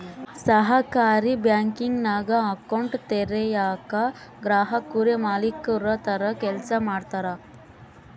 ಸಹಕಾರಿ ಬ್ಯಾಂಕಿಂಗ್ನಾಗ ಅಕೌಂಟ್ ತೆರಯೇಕ ಗ್ರಾಹಕುರೇ ಮಾಲೀಕುರ ತರ ಕೆಲ್ಸ ಮಾಡ್ತಾರ